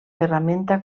ferramenta